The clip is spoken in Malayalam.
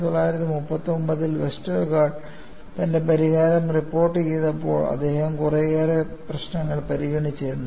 1939 ൽ വെസ്റ്റർഗാർഡ് തന്റെ പരിഹാരം റിപ്പോർട്ടു ചെയ്തപ്പോൾ അദ്ദേഹം കുറെയേറെ പ്രശ്നങ്ങൾ പരിഗണിച്ചിരുന്നു